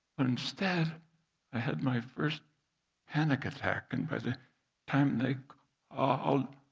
but instead i had my first panic attack, and by the time they ah called